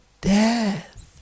death